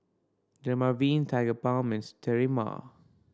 Dermaveen Tigerbalm Sterimar